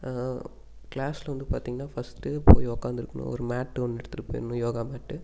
கிளாஸ்ல வந்து பார்த்திங்கன்னா ஃபர்ஸ்ட்டு போய் உக்காந்துருக்கணும் ஒரு மேட்டு ஒன்று எடுத்துட்டு போயிடனும் யோகா மேட்டு